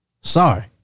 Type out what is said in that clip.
Sorry